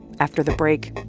after the break,